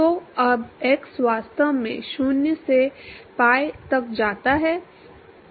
तो अब x वास्तव में 0 से pi तक जाता है